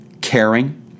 caring